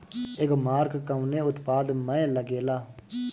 एगमार्क कवने उत्पाद मैं लगेला?